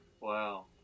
Wow